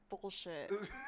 bullshit